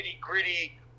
gritty